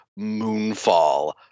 Moonfall